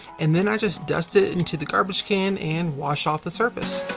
and then i just dust it into the garbage can, and wash off the surface.